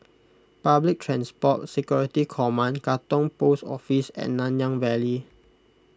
Public Transport Security Command Katong Post Office and Nanyang Valley